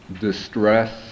distress